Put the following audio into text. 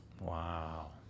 Wow